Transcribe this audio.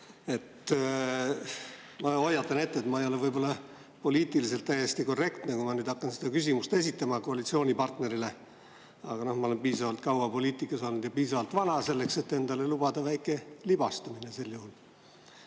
Ma hoiatan ette, et ma ei ole võib-olla poliitiliselt täiesti korrektne, kui ma nüüd hakkan seda küsimust koalitsioonipartnerile esitama. Aga ma olen piisavalt kaua poliitikas olnud ja piisavalt vana, selleks et endale sel juhul lubada väike libastumine. Enne